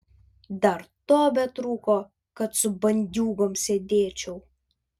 dar to betrūko kad su bandiūgom sėdėčiau